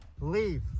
leave